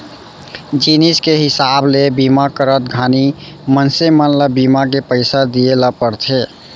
जिनिस के हिसाब ले बीमा करत घानी मनसे मन ल बीमा के पइसा दिये ल परथे